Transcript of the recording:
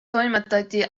toimetati